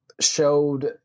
showed